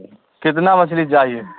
کتنا مچھلی چاہیے